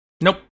Nope